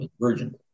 Virgin